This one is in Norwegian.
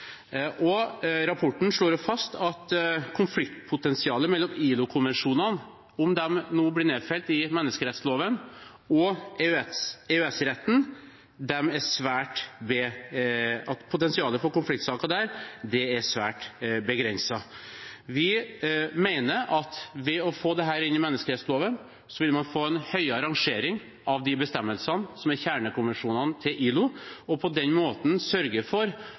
Rapporten slår også fast at potensialet for konfliktsaker mellom ILO-konvensjonene – om de nå blir nedfelt i menneskerettsloven – og EØS-retten er svært begrenset. Vi mener at ved å få dette inn i menneskerettsloven vil man få en høyere rangering av de bestemmelsene som er kjernekonvensjonene til ILO, og på den måten sørge for